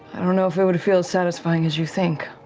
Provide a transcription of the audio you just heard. i don't know if it would feel as satisfying as you think.